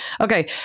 Okay